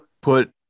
put